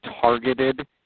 targeted